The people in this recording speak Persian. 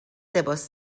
لباس